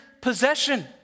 possession